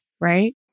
right